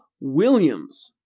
Williams